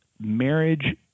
marriage